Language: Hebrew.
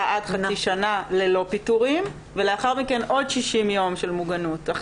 עד חצי שנה ללא פיטורים ולאחר מכן עוד 60 ימים של מוגנות.